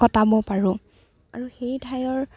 কটাব পাৰোঁ আৰু সেই ঠাইৰ